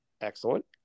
Excellent